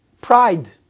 pride